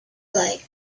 like